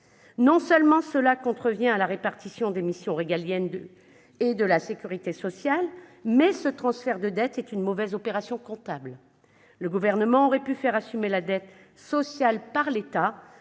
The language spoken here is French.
Non seulement un tel procédé contrevient à la répartition des missions régaliennes et de la sécurité sociale, mais ce transfert de dette est une mauvaise opération comptable. Le Gouvernement aurait pu faire assumer la dette sociale par l'État